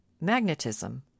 Magnetism